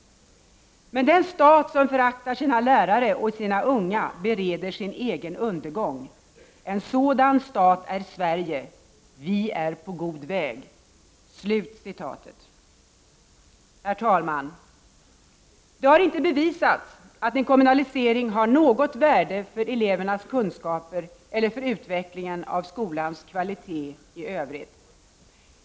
Men den stat som föraktar sina lärare och sina unga bereder sin egen undergång. En sådan stat är Sverige. Vi är på god väg.” Herr talman! Det har inte bevisats att en kommunalisering har något värde för elevernas kunskaper eller för utvecklingen av skolans kvalitet i övrigt.